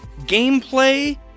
gameplay